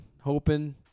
hoping